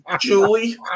Julie